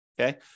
Okay